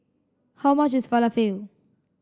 how much is Falafel